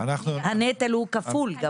הנטל הוא כפול.